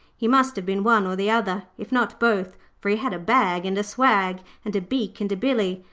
he must have been one or the other, if not both, for he had a bag and a swag, and a beak, and a billy,